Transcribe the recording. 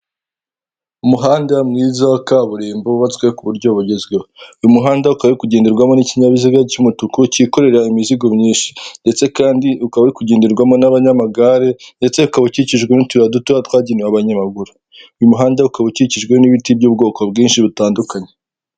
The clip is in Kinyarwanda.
Umuhanda mwiza wa kaburimbo wubatswe ku buryo bugezweho, uyu muhanda ukaba uri kugenderwamo n'ikinyabiziga cy'umutuku kikorera imizigo myinshi, ndetse kandi ukaba uri kugenderwamo n'abanyamagare, ndetse akaba ukikijwe n'utuyira dutoya twagenewe abanyamaguru, uyu muhanda ukaba ukijwe n'ibiti by'ubwoko bwinshi butandukanye.